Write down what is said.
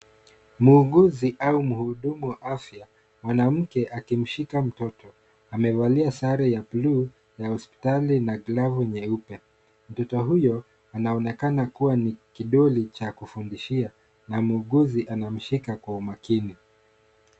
Muuguzi au mhudumu wa afya mwanamke akimshika mtoto. Amevalia sare ya bluu ya hospitali na glavu nyeupe. Mtoto huyo anaonekana kuwa ni kidoli cha kufundishia, na muuguzi anamshika kwa umakini.